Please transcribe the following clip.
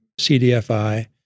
CDFI